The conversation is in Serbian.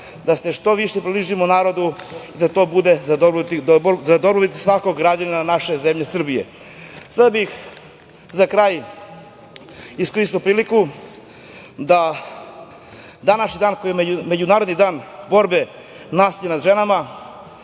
da se što više približimo narodu i da to bude za dobrobit svakog građanina naše zemlje Srbije. Sada bih za kraj iskoristio priliku da današnji dan, odnosno Međunarodni dan borbe nasilja nad ženama,